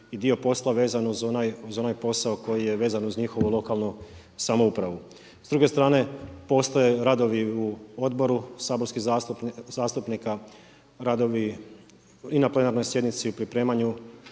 i dio posla vezano uz onaj posao koji je vezan uz njihovu lokalnu samoupravu. S druge strane postoje radovi u odboru saborskih zastupnika, radovi i na plenarnoj sjednici u pripremanju